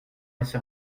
laissé